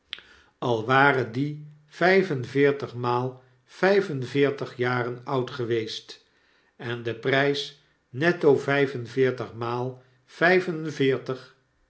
al ware die vyf en veertigmaal vijf en veertig jaren oud geweest en de prijs netto vyf en veertigmaal vijf en veertig